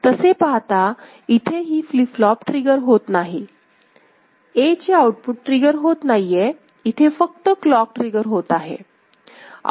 तसे पाहता इथे ही फ्लीप फ्लोप ट्रिगर होत नाही Aचे आउटपुट ट्रिगर होतं नाहीये इथे फक्त क्लॉक ट्रिगर होत आहे